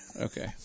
Okay